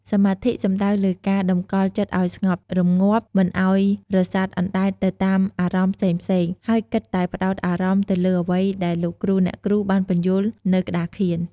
សមាធិសំដៅលើការតម្កល់ចិត្តឲ្យស្ងប់រម្ងាប់ មិនឲ្យរសាត់អណ្ដែតទៅតាមអារម្មណ៍ផ្សេងៗ ហើយគិតតែផ្ដោតអារម្មណ៍ទៅលើអ្វីដែលលោកគ្រូអ្នកគ្រូបានពន្យល់នៅក្ដារខៀន។